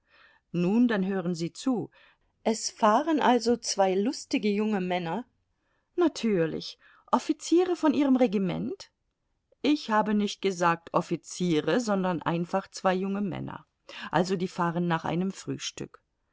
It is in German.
nun dann hören sie zu es fahren also zwei lustige junge männer natürlich offiziere von ihrem regiment ich habe nicht gesagt offiziere sondern einfach zwei junge männer also die fahren nach einem frühstück